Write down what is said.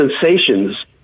sensations